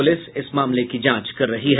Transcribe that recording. प्रलिस मामले की जांच कर रही है